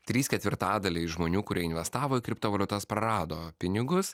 trys ketvirtadaliai žmonių kurie investavo į kriptovaliutas prarado pinigus